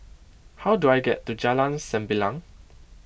how do I get to Jalan Sembilang